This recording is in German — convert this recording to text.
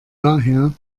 daher